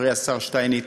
חברי השר שטייניץ,